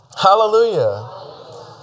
Hallelujah